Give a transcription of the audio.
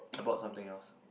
I bought something else